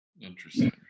Interesting